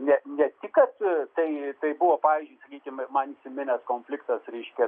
ne ne tik apie tai tai buvo pavyzdžiui sakykime man įsiminęs konfliktas reiškia